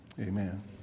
amen